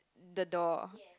the door